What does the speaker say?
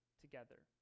together